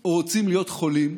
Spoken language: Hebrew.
או רוצים להיות חולים,